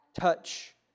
touch